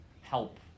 help